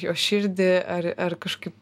jo širdį ar ar kažkaip